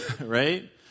right